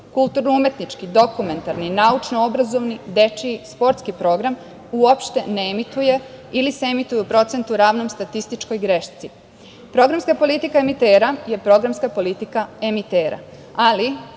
kulturno-umetnički, dokumentarni, naučno-obrazovani, dečiji, sportski program uopšte ne emituje ili se emituju u procentu ravnom statističkoj grešci. Programska politika emitera je programska politika emitera, ali